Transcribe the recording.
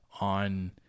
on